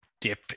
dip